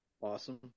Awesome